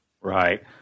Right